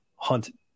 hunt